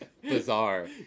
bizarre